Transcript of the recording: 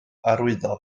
arwyddo